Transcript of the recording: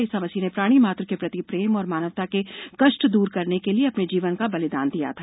ईसा मसीह ने प्राणी मात्र के प्रति प्रेम और मानवता के कष्ट दूर करने के लिए अपने जीवन का बलिदान दिया था